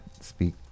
speak